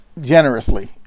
generously